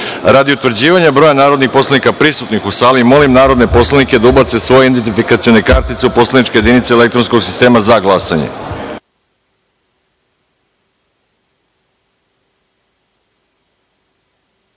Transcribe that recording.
utvrđivanja broja narodnih poslanika prisutnih u sali, molim narodne poslanike da ubace svoje identifikacione kartice u poslaničke jedinice elektronskog sistema za